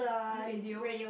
radio